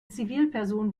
zivilperson